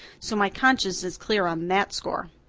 so my conscience is clear on that score.